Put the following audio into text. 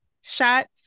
Shots